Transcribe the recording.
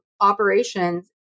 operations